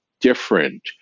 different